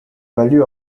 value